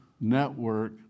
Network